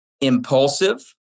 impulsive